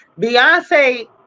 Beyonce